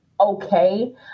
okay